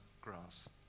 grass